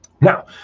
Now